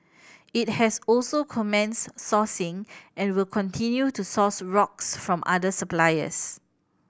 it has also commenced sourcing and will continue to source rocks from other suppliers